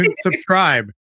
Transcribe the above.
subscribe